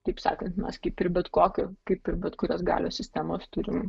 taip sakant mes kaip ir bet kokiu kaip ir bet kurios galios sistemos turim